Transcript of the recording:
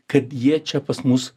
kad jie čia pas mus